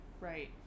Right